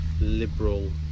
liberal